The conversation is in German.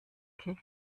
aber